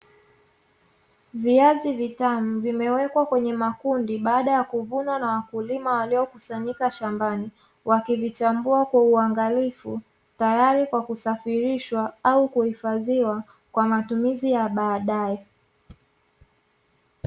Viazi vitamu vimewekwa kwenye makundi baada ya kuvunwa na wakulima waliokusanyika shambani, wakivichambuwa kwa uangalifu tayari kwa usafirishwa au kuhifadhiwa kwa matumizi ya badae.